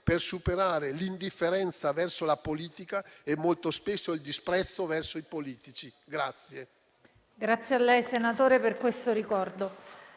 per superare l'indifferenza verso la politica e, molto spesso, il disprezzo verso i politici.